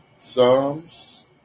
Psalms